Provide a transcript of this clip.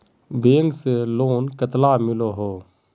Bank से loan कतला मिलोहो?